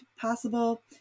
possible